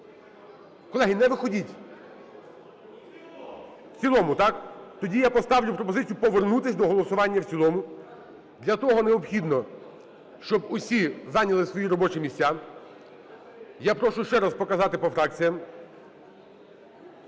Колеги, не виходьте! (Шум у залі) В цілому, так? Тоді я поставлю пропозицію повернутися до голосування в цілому. Для того необхідно, щоб усі зайняли свої робочі місця. Я прошу ще раз показати по фракціях.